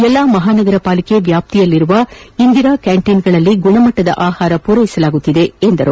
ಎಲ್ಲಾ ಮಹಾನಗರ ಪಾಲಿಕೆ ವ್ಯಾಪ್ತಿಯಲ್ಲಿರುವ ಇಂದಿರಾ ಕ್ಯಾಂಟೀನ್ಗಳಲ್ಲಿ ಗುಣಮಟ್ಟದ ಆಹಾರ ಪೂರೈಸಲಾಗುತ್ತಿದೆ ಎಂದರು